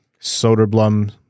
Soderblom